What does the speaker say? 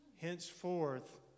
henceforth